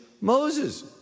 Moses